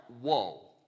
whoa